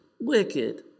wicked